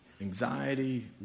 anxiety